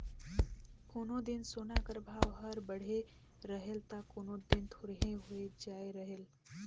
कोनो दिन सोना कर भाव हर बढ़े रहेल ता कोनो दिन थोरहें होए जाए रहेल